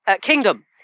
kingdom